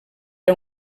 era